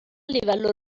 livello